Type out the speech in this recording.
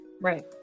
right